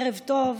ערב טוב.